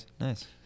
Nice